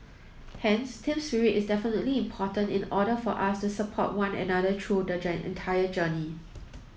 hence team spirit is definitely important in order for us to support one another through the entire journey